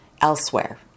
elsewhere